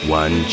one